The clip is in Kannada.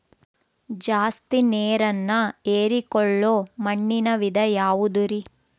ಜಾಸ್ತಿ ನೇರನ್ನ ಹೇರಿಕೊಳ್ಳೊ ಮಣ್ಣಿನ ವಿಧ ಯಾವುದುರಿ?